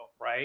right